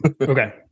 Okay